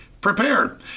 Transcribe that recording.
prepared